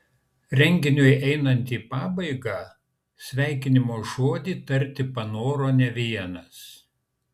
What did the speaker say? renginiui einant į pabaigą sveikinimo žodį tarti panoro ne vienas